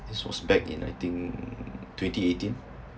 that was back in nineteen twenty eighteen